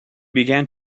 began